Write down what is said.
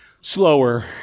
slower